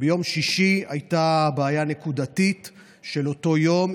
ביום שישי הייתה בעיה נקודתית של אותו יום,